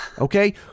Okay